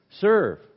Serve